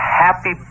happy